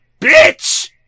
bitch